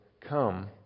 come